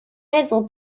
meddwl